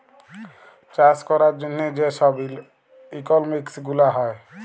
চাষ ক্যরার জ্যনহে যে ছব ইকলমিক্স গুলা হ্যয়